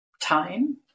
time